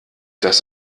das